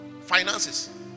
Finances